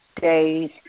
days